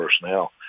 personnel